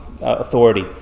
authority